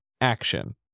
action